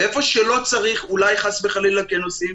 ואיפה שלא צריך אולי חס וחלילה כן עושים.